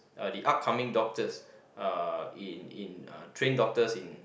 uh the upcoming doctors uh in in uh train doctors in